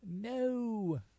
no